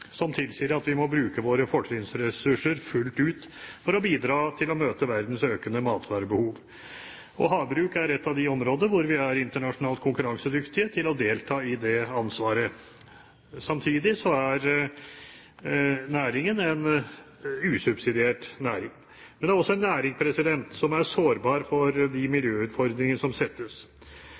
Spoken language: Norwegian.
som tilsier at vi må bruke våre fortrinnsressurser fullt ut for å bidra til å møte verdens økende matvarebehov. Havbruk er et av de områder hvor vi er internasjonalt konkurransedyktige med hensyn til å ta del i det ansvaret. Samtidig er næringen en usubsidiert næring. Men det er også en næring som er sårbar for de miljøutfordringer som settes,